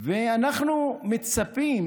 ואנחנו מצפים